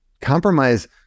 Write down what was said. Compromise